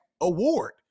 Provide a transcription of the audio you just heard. award